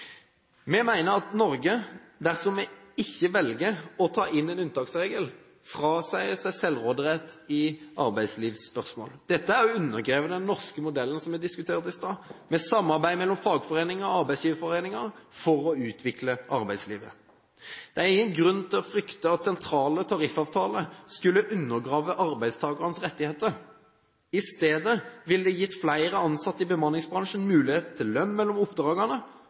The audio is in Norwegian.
Vi mener at Norge, dersom man ikke velger å ta inn en unntaksregel, frasier seg selvråderett i arbeidslivsspørsmål. Dette er å undergrave den norske modellen som vi diskuterte i stad, med samarbeid mellom fagforeningene og arbeidsgiverforeningene for å utvikle arbeidslivet. Det er ingen grunn til å frykte at sentrale tariffavtaler skulle undergrave arbeidstakernes rettigheter. I stedet ville det gitt flere ansatte i bemanningsbransjen muligheten til lønn mellom oppdragene,